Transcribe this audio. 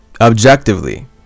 objectively